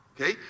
okay